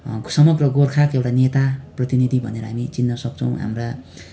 समग्र गोर्खाको एउटा नेता प्रतिनिधि भनेर हामी चिन्न सक्छौँ हाम्रा